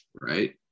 right